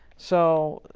so,